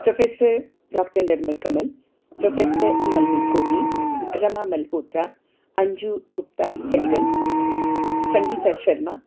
professor doctor Nirmal Kamal professor Nalini Kohli Rama Malhotra Anju Gupta Sehgal Sangeeta Sharma